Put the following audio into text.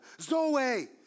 zoe